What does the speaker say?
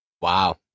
Wow